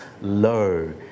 low